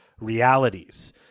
realities